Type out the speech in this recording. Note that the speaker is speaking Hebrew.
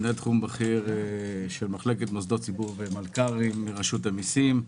מנהל תחום בכיר של מחלקת מוסדות ציבור ומלכ"רים ברשות המיסים.